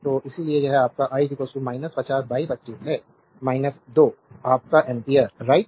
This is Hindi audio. तो इसीलिए यह आपका i 50 बाई 25 है 2 आपका एम्पीयर राइट